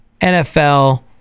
NFL